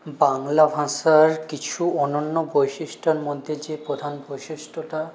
বাংলা ভাষার কিছু অনন্য বৈশিষ্ট্যের মধ্যে যে প্রধান বৈশিষ্ট্যটা